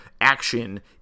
action